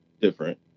different